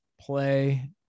play